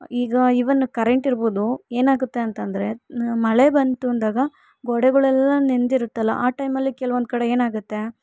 ಈಗ ಇವನ್ ಕರೆಂಟಿರ್ಬೋದು ಏನಾಗುತ್ತೆ ಅಂತಂದ್ರೆ ಮಳೆ ಬಂತು ಅಂದಾಗ ಗೋಡೆಗಳೆಲ್ಲ ನೆನ್ದಿರುತ್ತಲ್ಲ ಆ ಟೈಮಲ್ಲಿ ಕೆಲವೊಂದು ಕಡೆ ಏನಾಗುತ್ತೆ